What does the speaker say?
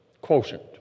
quotient